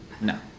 No